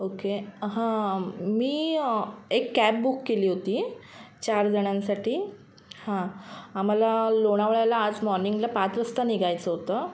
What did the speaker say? okay हां मी एक कॅब बुक केली होती चार जणांसाठी हां आम्हाला लोणावळ्याला आज मॉर्निंगला पाच वाजता निघायचं होतं